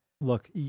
Look